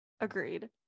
Agreed